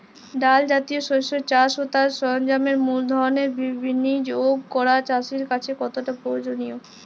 ডাল জাতীয় শস্যের চাষ ও তার সরঞ্জামের মূলধনের বিনিয়োগ করা চাষীর কাছে কতটা প্রয়োজনীয়?